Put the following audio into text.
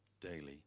daily